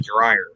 dryer